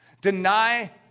Deny